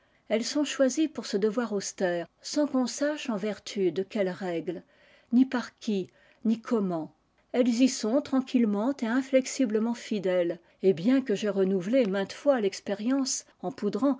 elles sont choisies pour ce devoir austère sans qu'on sache en vertu de quelles règles ni par qui ni comment elles y sont tranquillement et inflexiblement fidèles et bien que j'aie renouvelé maintes fois l'expérience en poudrant